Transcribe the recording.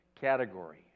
category